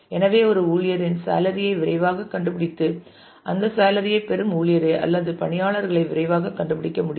எனவே ஒரு ஊழியரின் சேலரி ஐ விரைவாகக் கண்டுபிடித்து அந்த சேலரி ஐ பெறும் ஊழியரை அல்லது பணியாளர்களை விரைவாகக் கண்டுபிடிக்க முடியும்